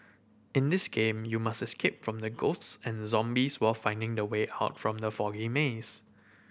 in this game you must escape from the ghosts and zombies while finding the way out from the foggy maze